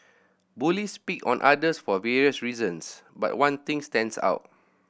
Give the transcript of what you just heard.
bullies pick on others for various reasons but one things stands out